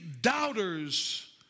doubters